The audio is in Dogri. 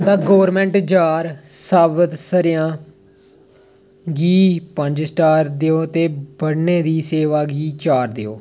द गौरमेंट जार साबत स'रेआं गी पंज स्टार देओ ते बंडने दी सेवा गी चार देओ